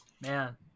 Man